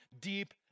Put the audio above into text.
deep